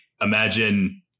imagine